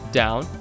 down